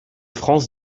france